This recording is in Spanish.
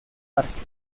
parque